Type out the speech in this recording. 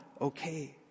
okay